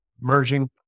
merging